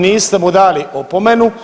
Niste mu dali opomenu.